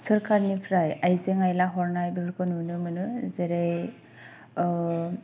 सोरखारनिफ्राय आयजें आइला हरनाय बेफोरखौ नुनो मोनो जेरै